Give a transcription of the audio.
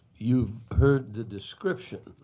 you've heard the description.